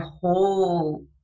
whole